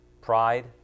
pride